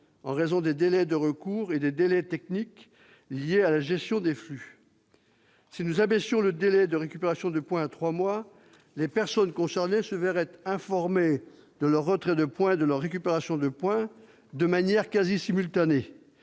en raison des délais de recours et des délais techniques liés à la gestion des flux. Si nous abaissions le délai de récupération de points à trois mois, les personnes concernées se verraient informées de leur retrait d'un point et de sa récupération de manière quasiment simultanée,